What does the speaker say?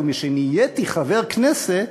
ומשנהייתי חבר כנסת,